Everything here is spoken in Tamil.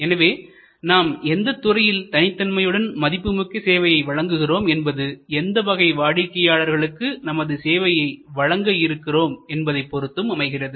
எனவே நாம் எந்தத்துறையில் தனித்தன்மையுடன் மதிப்புமிக்க சேவையை வழங்குகிறோம் என்பது எந்த வகை வாடிக்கையாளர்களுக்கு நமது சேவையை வழங்க இருக்கிறோம் என்பதைப் பொருத்தும் அமைகிறது